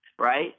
right